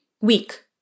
week